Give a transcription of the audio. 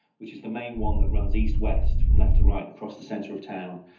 which is the main one that runs east-west, from left to right and across the centre of town,